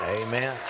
Amen